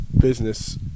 business